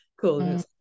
cool